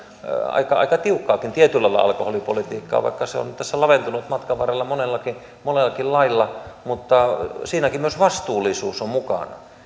lailla aika tiukkaakin alkoholipolitiikkaa vaikka se on nyt tässä laventunut matkan varrella monellakin monellakin lailla mutta siinäkin myös vastuullisuus on mukana